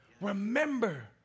Remember